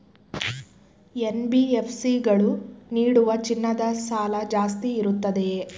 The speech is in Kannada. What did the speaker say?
ಎನ್.ಬಿ.ಎಫ್.ಸಿ ಗಳು ನೀಡುವ ಚಿನ್ನದ ಸಾಲ ಜಾಸ್ತಿ ಇರುತ್ತದೆಯೇ?